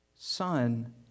Son